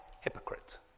hypocrite